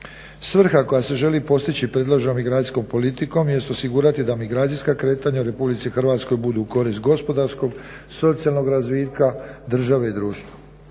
Svrha koja se želi postići predloženom migracijskom politikom jest osigurati da migracijska kretanja u RH budu u korist gospodarskog, socijalnog razvitka, države i društva.